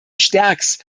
sterckx